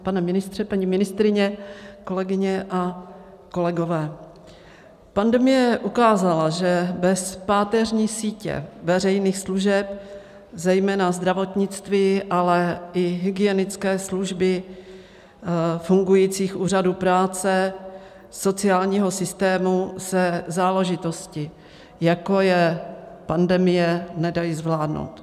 Pane ministře, paní ministryně, kolegyně a kolegové, pandemie ukázala, že bez páteřní sítě veřejných služeb, zejména zdravotnictví, ale i hygienické služby, fungujících úřadů práce, sociálního systému se záležitosti, jako je pandemie, nedají zvládnout.